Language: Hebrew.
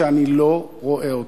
שאני לא רואה אותה.